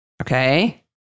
Okay